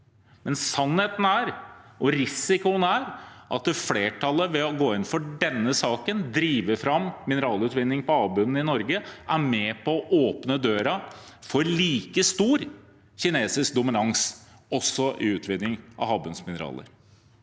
Men sannheten er, og risikoen er, at flertallet, ved å gå inn for denne saken og drive fram mineralutvinning på havbunnen i Norge, er med på å åpne døra for like stor kinesisk dominans også i utvinning av havbunnsmineraler.